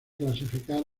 clasificar